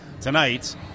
tonight